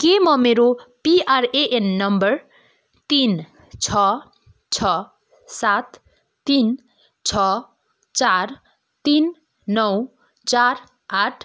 के म मेरो पिआरएएन नम्बर तिन छ छ सात तिन छ चार तिन नौ चार आठ